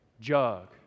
jug